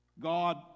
God